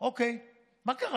אוקיי, מה קרה?